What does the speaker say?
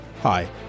Hi